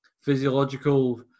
physiological